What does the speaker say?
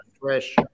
Fresh